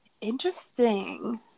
interesting